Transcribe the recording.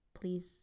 please